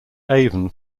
avon